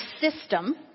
system